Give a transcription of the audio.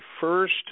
first